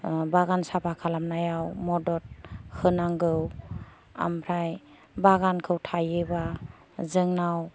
बागान साफा खालामनायाव मदद होनांगौ ओमफ्राय बागानखौ थायोब्ला जोंनाव